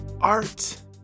art